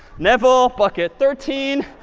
neville bucket thirteen.